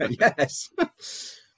Yes